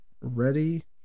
ready